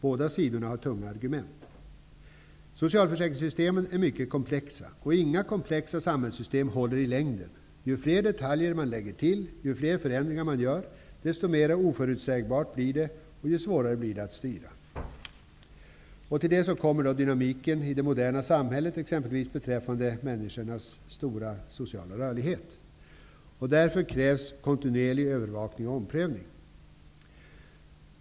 Båda sidorna har tunga argument. Socialförsäkringssystemen är mycket komplexa, och inga komplexa samhällssystem håller i längden. Ju fler detaljer som läggs till och ju fler förändringar som görs, desto mer oförutsägbart blir det hela och desto svårare blir det att styra. Till detta kommer dynamiken i det moderna samhället, t.ex. beträffande människors stora sociala rörlighet. Därför krävs kontinuerlig övervakning och omprövning.